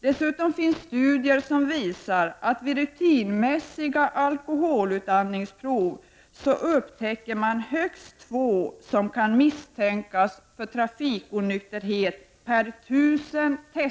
Dessutom finns det studier som visar att man vid rutinmässiga utandningsprov upptäcker högst 2 av 1 000 testade förare som kan misstänkas för trafikonykterhet.